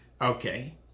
okay